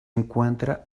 encuentra